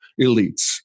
elites